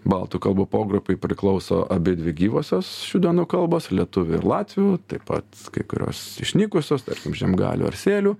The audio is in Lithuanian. baltų kalbų pogrupiui priklauso abidvi gyvosios šių dienų kalbos lietuvių ir latvių taip pat kai kurios išnykusios tarkim žiemgalių ar sėlių